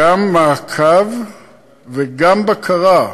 גם מעקב וגם בקרה.